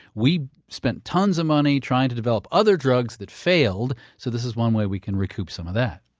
we spent tons of money trying to develop other drugs that failed. so this is one way we can recoup some of that.